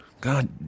God